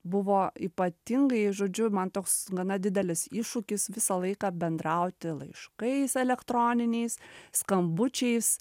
buvo ypatingai žodžiu man toks gana didelis iššūkis visą laiką bendrauti laiškais elektroniniais skambučiais